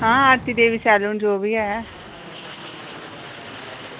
आं आरती देवी सैलून जो बी ऐ